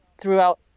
throughout